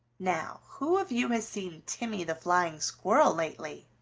now who of you has seen timmy the flying squirrel lately?